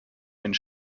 einen